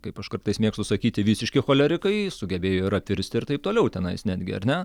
kaip aš kartais mėgstu sakyti visiški cholerikai sugebėjo ir apvirsti ir taip toliau tenais netgi ar ne